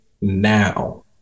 now